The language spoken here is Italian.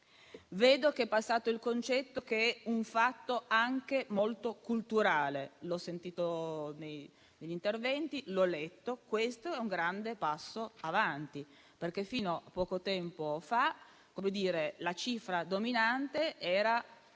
Vedo che è passato il concetto che stiamo parlando di un fatto anche molto culturale; l'ho sentito negli interventi e l'ho letto: questo è un grande passo in avanti, perché fino a poco tempo fa la cifra dominante era